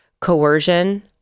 coercion